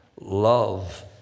love